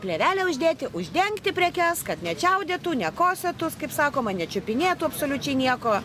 plėvelę uždėti uždengti prekes kad nečiaudėtų nekosėtų kaip sakoma nečiupinėtų absoliučiai nieko